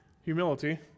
humility